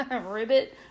Ribbit